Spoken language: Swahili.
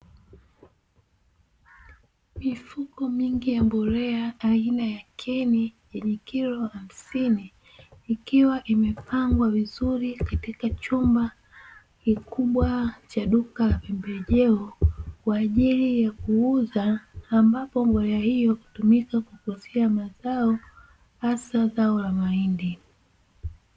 Mifuko mingi ya mbolea aina ya kemi yenye kilo hamsini, ikiwa imepangwa vizuri katika chumba kikubwa cha duka la pembejeo kwa ajili ya kuuza, ambapo mbolea hiyo hutumika kukuzia mazao, hasa zao la mahindi.